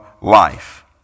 life